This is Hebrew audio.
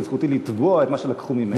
וזכותי לתבוע את מה שלקחו ממני.